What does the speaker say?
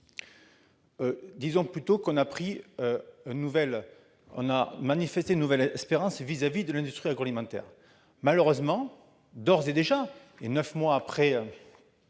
Disons plutôt qu'on a manifesté une nouvelle espérance vis-à-vis de l'industrie agroalimentaire. Malheureusement, neuf mois après